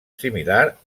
similar